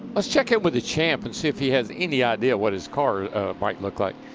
let's check in with the champ and see if he has any idea what his car might look like.